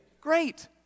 great